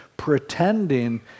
pretending